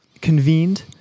convened